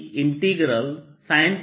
ds तो यह Ar04πKsinsinϕ